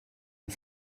und